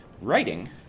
Writing